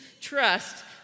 trust